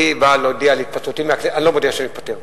אני באה להודיע על התפטרותי מהכנסת אני לא מודיע שאני מתפטר,